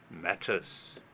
matters